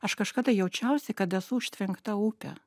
aš kažkada jaučiausi kad esu užtvenkta upė